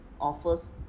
offers